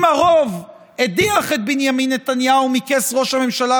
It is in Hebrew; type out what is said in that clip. אם הרוב הדיח את בנימין נתניהו מכס ראש הממשלה,